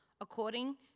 according